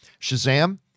Shazam